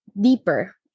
deeper